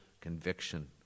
conviction